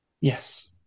Yes